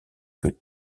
que